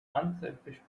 unselfish